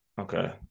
Okay